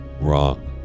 wrong